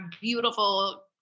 beautiful